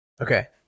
Okay